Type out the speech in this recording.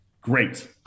great